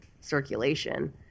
circulation